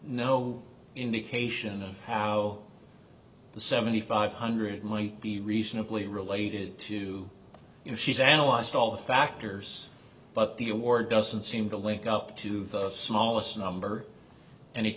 no indication of how the seventy five hundred might be reasonably related to you know she's analyzed all the factors but the award doesn't seem to link up to the smallest number an